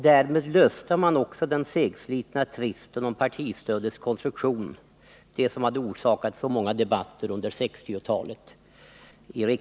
Därmed löstes också den segslitna tvist om partistödets konstruktion som hade orsakat så många debatter i riksdagen under 1960-talet.